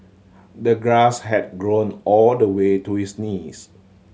the grass had grown all the way to his knees